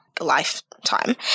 lifetime